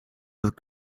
with